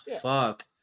fuck